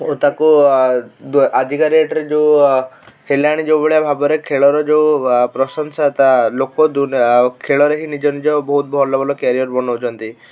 ଓ ତାକୁ ଆ ଆଜିକା ଡ଼େଟ୍ରେ ଯେଉଁ ହେଲାଣି ଯେଉଁଭଳି ଭାବରେ ଖେଳର ଯେଉଁ ପ୍ରଶଂସତା ଲୋକଦୁ ଆଉ ଖେଳରେ ହିଁ ନିଜନିଜ ବହୁତ ଭଲ ଭଲ କ୍ୟାରିୟର ବନାଉଛନ୍ତି